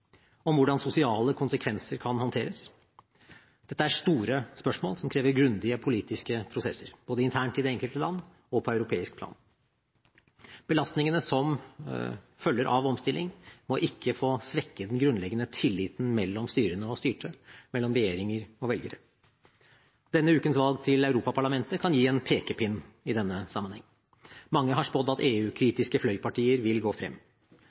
om hvordan sosiale konsekvenser kan håndteres. Dette er store spørsmål som krever grundige politiske prosesser både internt i det enkelte land og på europeisk plan. Belastningene som følger av omstilling, må ikke få svekke den grunnleggende tilliten mellom de styrende og de styrte, mellom regjeringer og velgere. Denne ukens valg til Europaparlamentet kan gi en pekepinn i denne sammenheng. Mange har spådd at EU-kritiske fløypartier vil gå frem.